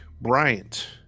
Bryant